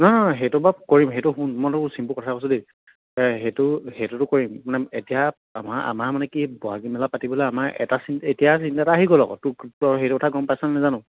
নহয় নহয় সেইটো বাৰু কৰিম সেইটো শুন মইতো চিম্পুল কথা কৈছ দেই সেইটো সেইটোতো কৰিম মানে এতিয়া আমাৰ আমাৰ মানে কি ব'হাগী মেলা পাতিবলে আমাৰ এটা চি এতিয়া চিন্তা এটা আহি গ'ল তোক তই সেইটো কথা গম পাইছ নেজানো